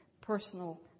personal